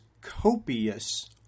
copious